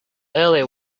earlier